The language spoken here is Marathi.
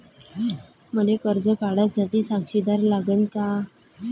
मले कर्ज काढा साठी साक्षीदार लागन का?